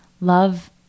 Love